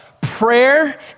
Prayer